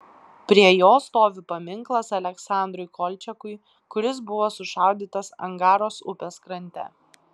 prie jo stovi paminklas aleksandrui kolčiakui kuris buvo sušaudytas angaros upės krante